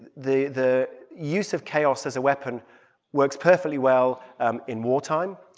the the use of chaos as a weapon works perfectly well um in war time.